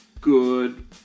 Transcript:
good